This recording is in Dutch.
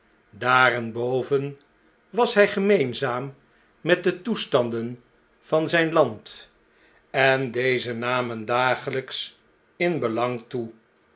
daarenboven was hjj gemeenzaam met de toestanden van zijn land en deze namen dageljjks in belang toe